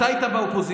אתה היית באופוזיציה,